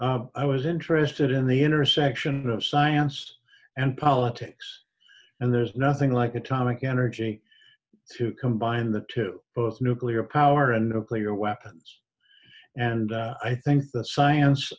politics i was interested in the intersection of science and politics and there's nothing like atomic energy to combine the two nuclear power and nuclear weapons and i think the science